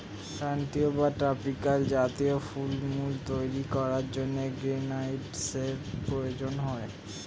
ক্রান্তীয় বা ট্রপিক্যাল জাতীয় ফলমূল তৈরি করার জন্য গ্রীনহাউসের প্রয়োজন হয়